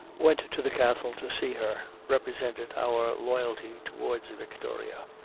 went to the castle to see her, represented our loyalty towards victoria.